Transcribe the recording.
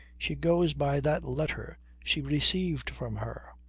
she goes by that letter she received from her.